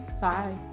Bye